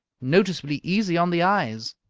noticeably easy on the eyes.